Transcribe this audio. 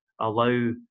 allow